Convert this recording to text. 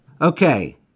Okay